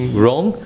wrong